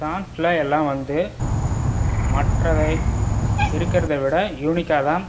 ஸ்டாண்டில் எல்லாம் வந்து மற்றவை இருக்கிறதை விட யூனிக்காகதான்